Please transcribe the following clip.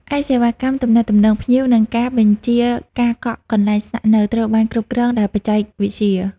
ឯសេវាកម្មទំនាក់ទំនងភ្ញៀវ និងការបញ្ជាការកក់កន្លែងស្នាក់នៅ ត្រូវបានគ្រប់គ្រងដោយបច្ចេកវិទ្យា។